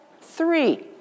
Three